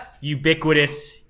ubiquitous